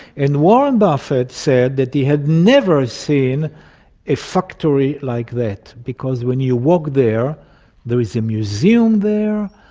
and warren buffett said that he had never seen a factory like that, because when you walk there there is a museum there,